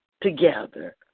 together